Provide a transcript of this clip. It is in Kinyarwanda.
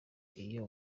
iyo